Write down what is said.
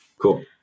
Cool